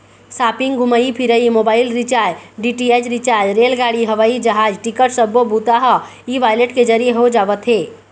shopping, घूमई फिरई, mobile recharge, DTH recharge, रेलगाड़ी, हवई जहाज टिकट सब्बो बूता ह ई वॉलेट के जरिए हो जावत हे